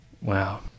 Wow